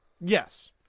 Yes